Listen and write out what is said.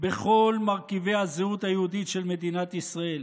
בכל מרכיבי הזהות היהודית של מדינת ישראל,